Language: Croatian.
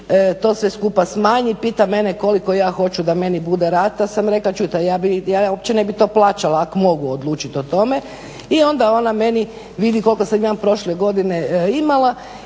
to sve skupa smanji, pita mene koliko ja hoću da meni bude rata, ja sam rekla, čujte ja uopće ne bi to plaćala ako mogu odlučiti o tome i onda ona meni vidi koliko sam ja prošle godine imala